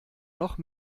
noch